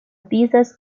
pieces